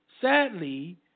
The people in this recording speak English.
sadly